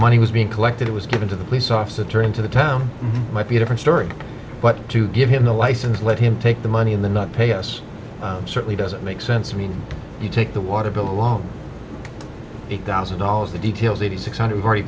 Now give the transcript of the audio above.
money was being collected it was given to the police officer turning to the town might be a different story but to give him the license let him take the money in the not pay us certainly doesn't make sense i mean you take the water below eight thousand dollars the details eighty six hundred already